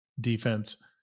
defense